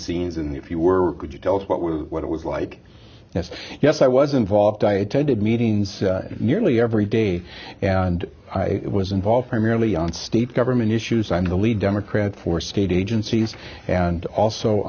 scenes and if you were would you tell us what was what it was like yes yes i was involved i attended meetings nearly every day and i was involved primarily on state government issues i'm the lead democrat for state agencies and also